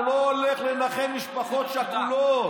הוא לא הולך לנחם משפחות שכולות.